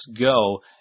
go